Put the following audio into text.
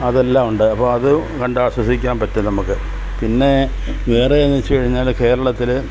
അതെല്ലാമുണ്ട് അപ്പോൾ അത് കണ്ട് ആസ്വദിക്കാൻ പറ്റും നമുക്ക് പിന്നേ വേറെ എന്ന് വച്ചു കഴിഞ്ഞാൽ കേരളത്തിൽ